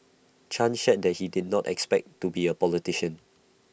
chan shared that he did not expect to be A politician